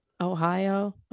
Ohio